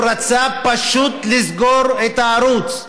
הוא רצה פשוט לסגור את הערוץ,